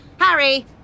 Harry